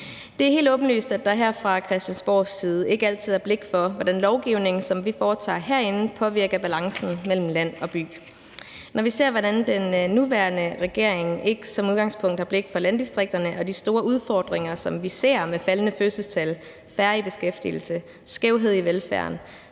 Det er helt åbenlyst, at der her fra Christiansborgs side ikke altid er blik for, hvordan lovgivningen, som vi foretager herinde, påvirker balancen mellem land og by. Når vi ser, hvordan den nuværende regering ikke som udgangspunkt har blik for landdistrikterne og de store udfordringer, som vi ser, med faldende fødselstal, færre i beskæftigelse, skævhed i velfærden,